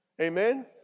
Amen